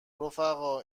رفقا